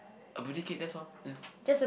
a birthday cake that's all ya